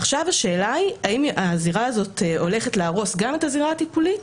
עכשיו השאלה היא האם הזירה הזאת הולכת להרוס גם את הזירה הטיפולית,